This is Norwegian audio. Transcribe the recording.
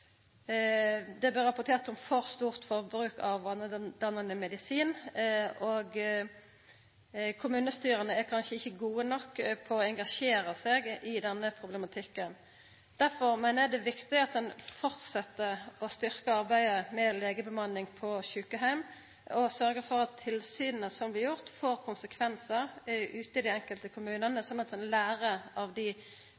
Det blir rapportert om for stort forbruk av vanedannande medisin. Kommunestyra er kanskje ikkje gode nok til å engasjera seg i denne problematikken. Derfor meiner eg det er viktig at ein fortset å styrkja arbeidet med legebemanning på sjukeheimane, og sørgjer for at tilsynet som blir gjort, får konsekvensar ute i dei enkelte kommunane,